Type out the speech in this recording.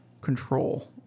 Control